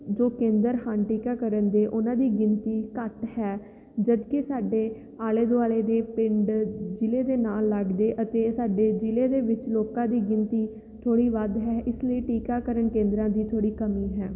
ਜੋ ਕੇਂਦਰ ਹਨ ਟੀਕਾਕਰਨ ਦੇ ਉਹਨਾਂ ਦੀ ਗਿਣਤੀ ਘੱਟ ਹੈ ਜਦਕਿ ਸਾਡੇ ਆਲੇ ਦੁਆਲੇ ਦੇ ਪਿੰਡ ਜ਼ਿਲ੍ਹੇ ਦੇ ਨਾਲ ਲੱਗਦੇ ਅਤੇ ਸਾਡੇ ਜ਼ਿਲ੍ਹੇ ਦੇ ਵਿੱਚ ਲੋਕਾਂ ਦੀ ਗਿਣਤੀ ਥੋੜ੍ਹੀ ਵੱਧ ਹੈ ਇਸ ਲਈ ਟੀਕਾਕਰਨ ਕੇਂਦਰਾਂ ਦੀ ਥੋੜ੍ਹੀ ਕਮੀ ਹੈ